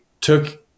took